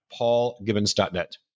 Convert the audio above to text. paulgibbons.net